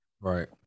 right